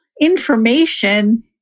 information